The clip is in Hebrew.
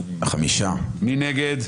מי נגד?